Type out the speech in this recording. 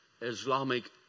Islamic